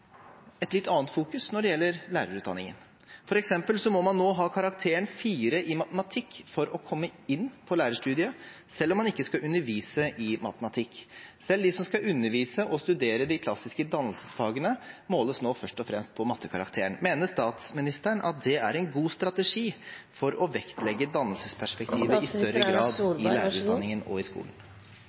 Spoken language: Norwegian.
et litt annet fokus når det gjelder lærerutdanningen. For eksempel må man nå ha karakteren 4 i matematikk for å komme inn på lærerstudiet, selv om man ikke skal undervise i matematikk. Selv de som skal undervise og studere de klassiske dannelsesfagene, måles nå først og fremst på mattekarakteren. Mener statsministeren at det er en god strategi for å vektlegge dannelsesperspektivet i større grad i lærerutdanningen og i skolen?